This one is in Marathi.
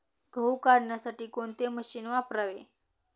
गहू काढण्यासाठी कोणते मशीन वापरावे?